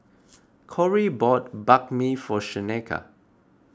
Corey bought Banh Mi for Shaneka